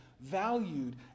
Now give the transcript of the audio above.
valued